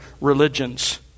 religions